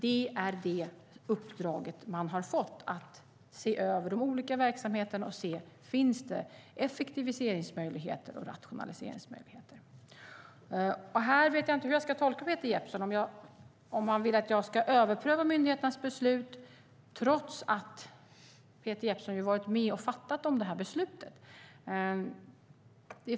Det är det uppdrag man har fått, att se över de olika verksamheterna och se om det finns effektiviseringsmöjligheter och rationaliseringsmöjligheter. Jag vet inte hur jag ska tolka Peter Jeppsson. Vill han att jag ska överpröva myndigheternas beslut trots att han varit med och fattat det här beslutet?